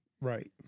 Right